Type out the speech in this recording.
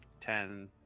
Ten